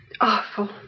Awful